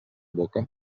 boca